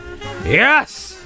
yes